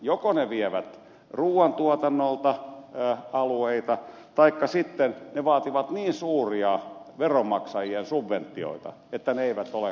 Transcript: joko ne vievät ruuantuotannolta alueita taikka sitten ne vaativat niin suuria veronmaksajien subventioita että ne eivät ole kannattavia